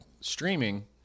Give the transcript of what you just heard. streaming